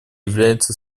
является